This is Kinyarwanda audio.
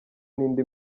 n’indi